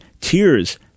Tears